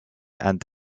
and